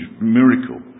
miracle